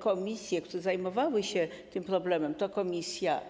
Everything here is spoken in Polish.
Komisje, które zajmowały się tym problemem, to komisja